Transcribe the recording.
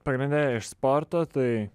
pagrinde iš sporto tai